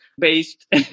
based